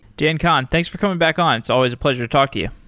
dan kohn, thanks for coming back on. it's always a pleasure to talk to you.